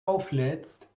auflädst